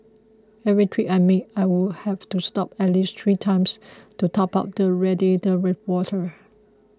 every trip I made I would have to stop at least three times to top up the radiator with water